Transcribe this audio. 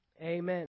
Amen